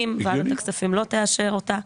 כמו העברה תקציבית שאפשר לשחק בתוכה.